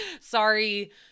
Sorry